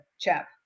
chap